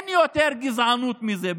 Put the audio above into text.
אין יותר גזענות מזה.